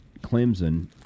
Clemson